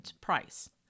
price